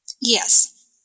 Yes